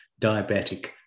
diabetic